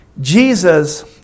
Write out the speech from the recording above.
Jesus